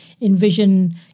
Envision